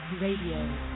Radio